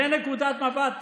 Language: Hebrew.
זו נקודת מבט.